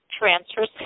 transfers